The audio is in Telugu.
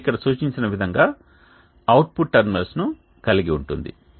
అది ఇక్కడ సూచించిన విధంగా అవుట్పుట్ టెర్మినల్స్ను కలిగి ఉంటుంది